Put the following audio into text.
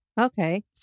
Okay